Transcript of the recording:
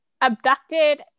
abducted